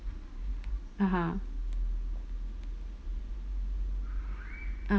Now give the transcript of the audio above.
(uh huh)